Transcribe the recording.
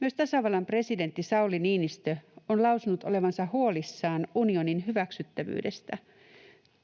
Myös tasavallan presidentti Sauli Niinistö on lausunut olevansa huolissaan unionin hyväksyttävyydestä.